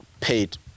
paid